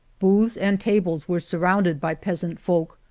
booths and tables were surrounded by peasant-folk,